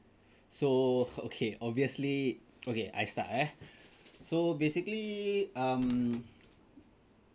so okay obviously okay I start eh so basically um